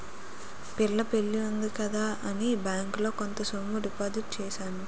పిల్ల పెళ్లి ఉంది కదా అని బ్యాంకులో కొంత సొమ్ము డిపాజిట్ చేశాను